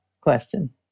question